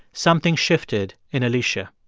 something shifted in alicia.